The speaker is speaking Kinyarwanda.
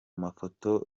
mafoto